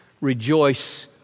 Rejoice